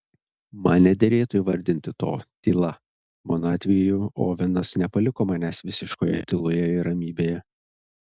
man nederėtų įvardinti to tyla mano atveju ovenas nepaliko manęs visiškoje tyloje ir ramybėje